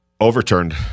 Overturned